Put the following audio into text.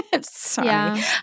Sorry